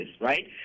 right